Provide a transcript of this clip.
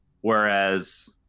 Whereas